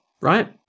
right